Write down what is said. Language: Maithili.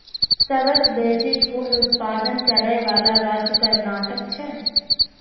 सबसं बेसी फूल उत्पादन करै बला राज्य कर्नाटक छै